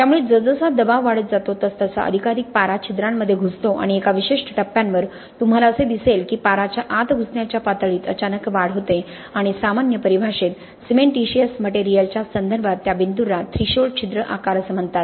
त्यामुळे जसजसा दबाव वाढत जातो तसतसा अधिकाधिक पारा छिद्रांमध्ये घुसतो आणि एका विशिष्ट टप्प्यावर तुम्हाला असे दिसेल की पाराच्या आत घुसण्याच्या पातळीत अचानक वाढ होते आणि सामान्य परिभाषेत सिमेंटिशिअस मटेरियलच्या संदर्भात त्या बिंदूला थ्रेशोल्ड छिद्र आकार म्हणतात